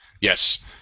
Yes